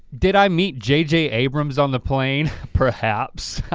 did i meet j j. abrams on the plane? perhaps.